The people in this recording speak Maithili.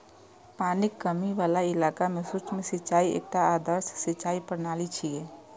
पानिक कमी बला इलाका मे सूक्ष्म सिंचाई एकटा आदर्श सिंचाइ प्रणाली छियै